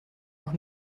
noch